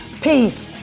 Peace